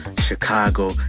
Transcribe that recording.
chicago